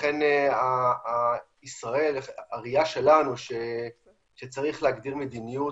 ולכן הראייה שלנו שצריך להגדיר מדיניות